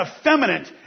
effeminate